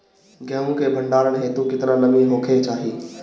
गेहूं के भंडारन हेतू कितना नमी होखे के चाहि?